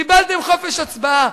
קיבלתם חופש הצבעה.